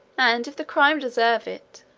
and if the crime deserve it,